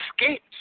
escaped